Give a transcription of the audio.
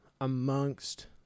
amongst